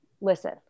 Listen